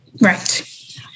Right